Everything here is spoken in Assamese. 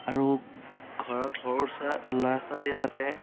আৰু ঘৰত সৰু চা ল'ৰা ছোৱলীয়ে যাতে